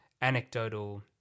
anecdotal